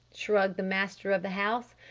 shrugged the master of the house.